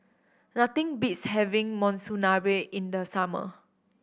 nothing beats having Monsunabe in the summer